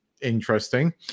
interesting